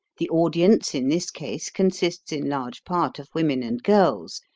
the audience in this case consists in large part of women and girls,